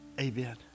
Amen